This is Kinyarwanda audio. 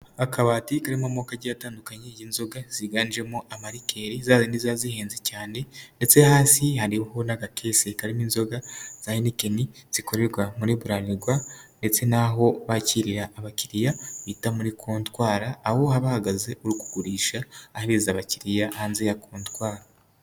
Akabati kamoko agiye atandukanye inzoga ziganjemo amarikeri zazindi ziba zihenze cyane, ndetse hasi hari n'agakese karimo inzoga za henikeni zikorerwa muri Bralirwa, ndetse n'aho bakirira abakiriya bita muri kontwara, aho ha bahagaze urigurishaheza abakiriya hanze ya kontwari.